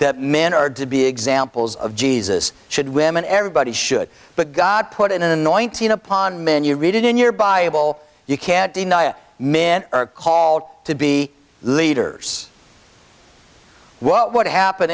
that men are to be examples of jesus should women everybody should but god put in anoint upon men you read it in your bible you can't deny it men are called to be leaders what would happen